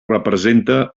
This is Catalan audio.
representa